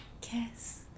Kiss